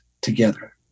together